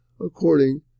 according